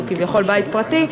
שהוא כביכול בית פרטי,